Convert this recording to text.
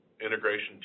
integration